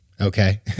Okay